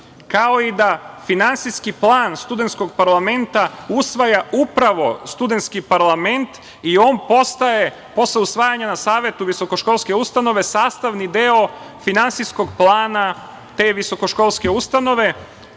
kao i da finansijski plan studentskog parlamenta usvaja upravo studentski parlament i on postaje posle usvajanja na savetu visokoškolske ustanove sastavni deo finansijskog plana te visokoškolske ustanove.